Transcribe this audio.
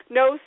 no